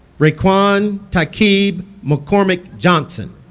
reaquan tyceeb mccormick-johnson